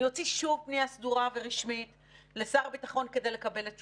אני אוציא שוב פנייה סדורה ורשמית לשר הביטחון כדי לקבל את תשובתו.